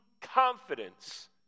confidence